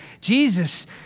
Jesus